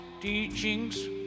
teachings